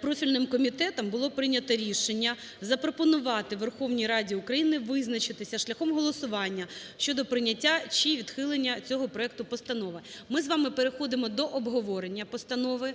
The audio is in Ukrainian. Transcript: профільним комітетом було прийнято рішення запропонувати Верховній Раді України визначитися шляхом голосування щодо прийняття чи відхилення цього проекту постанови. Ми з вами переходимо до обговорення постанови,